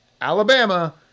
Alabama